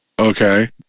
Okay